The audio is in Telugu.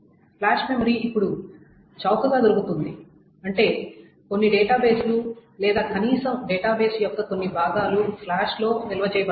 ఫ్లాష్ మెమరీ ఇప్పుడు చౌకగా దొరుకుతుంది అంటే కొన్ని డేటాబేస్లు లేదా కనీసం డేటాబేస్ యొక్క కొన్ని భాగాలు ఫ్లాష్లో నిల్వ చేయబడతాయి